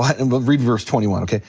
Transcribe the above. and we'll read verse twenty one, okay,